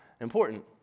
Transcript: important